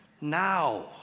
now